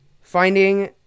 finding